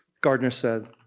garner said,